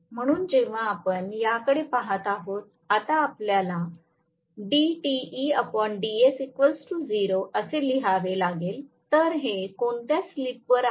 म्हणून जेव्हा आपण याकडे पहात आहोत आता आपल्याला असे लिहावे लागेल तर हे कोणत्या स्लिपवर आहे